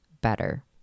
better